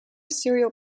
serial